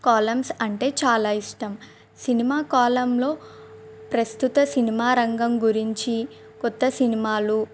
columns అంటే చాలా ఇష్టం సినిమా కాలంలో ప్రస్తుత సినిమాా రంగం గురించి క్రొత్త సినిమాలు